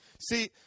See